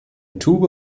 tube